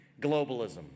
globalism